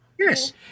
Yes